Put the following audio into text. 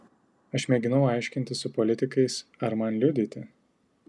aš mėginau aiškintis su politikais ar man liudyti